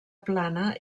plana